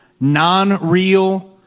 non-real